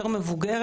המבוגרת יותר.